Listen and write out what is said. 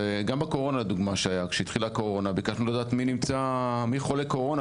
גם כשהתחילה הקורונה ביקשנו לדעת מי חולה בקורונה,